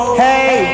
hey